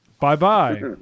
Bye-bye